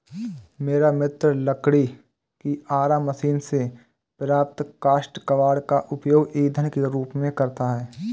मेरा मित्र लकड़ी की आरा मशीन से प्राप्त काष्ठ कबाड़ का उपयोग ईंधन के रूप में करता है